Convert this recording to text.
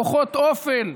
כוחות אופל.